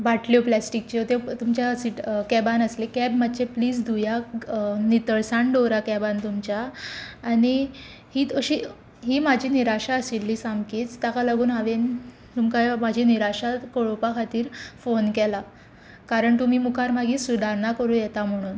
बाटल्यो प्लास्टिकच्यो त्यो तुमच्या कॅबांत आसली कॅब मातशी प्लीज धुया नितळसाण दवरा कॅबांत तुमच्या आनी ही अशी ही म्हाजी निराशा आशिल्ली सामकीच ताका लागून हांवेन तुमकां म्हाजी निराशा कळोवपा खातीर फोन केला कारण तुमी मुखार मागीर सुदारणां करूं येता म्हुणून